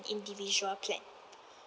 individual plan